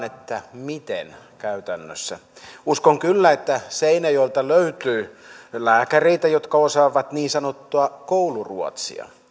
että miten käytännössä uskon kyllä että seinäjoelta löytyy lääkäreitä jotka osaavat niin sanottua kouluruotsia